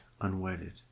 unwedded